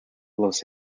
los